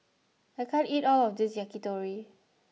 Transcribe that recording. I can't eat all of this Yakitori